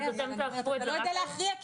אבל אתה לא יודע להכריע,